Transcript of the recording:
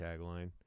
tagline